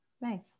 Nice